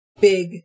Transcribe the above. big